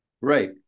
right